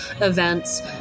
events